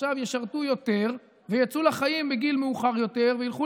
שעכשיו ישרתו יותר ויצאו לחיים בגיל מאוחר יותר וילכו